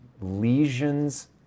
lesions